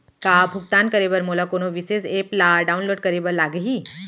का भुगतान करे बर मोला कोनो विशेष एप ला डाऊनलोड करे बर लागही